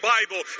Bible